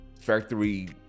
factory